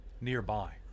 Nearby